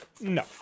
No